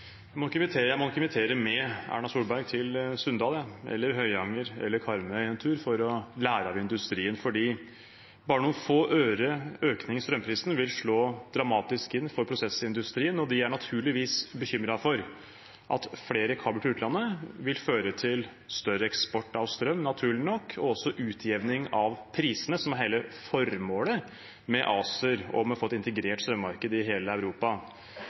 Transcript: Jeg må nok invitere med Erna Solberg til Sunndal, Høyanger eller Karmøy en tur for å lære av industrien, for en økning av strømprisen med bare noen få øre vil slå dramatisk ut for prosessindustrien, og de er naturligvis bekymret for at flere kabler til utlandet vil føre til større eksport av strøm, og også til utjevning av prisene, som er hele formålet med ACER og med å få et integrert strømmarked i hele Europa.